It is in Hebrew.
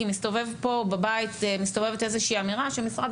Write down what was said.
כי בבית מסתובבת איזושהי אמירה שמשרד